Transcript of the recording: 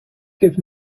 give